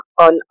on